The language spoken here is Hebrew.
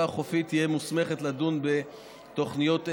החופית תהיה מוסמכת לדון בתוכניות אלו.